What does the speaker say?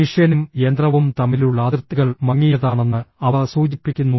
മനുഷ്യനും യന്ത്രവും തമ്മിലുള്ള അതിർത്തികൾ മങ്ങിയതാണെന്ന് അവ സൂചിപ്പിക്കുന്നു